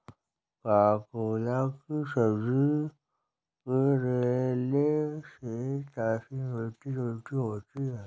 ककोला की सब्जी करेले से काफी मिलती जुलती होती है